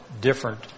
different